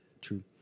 True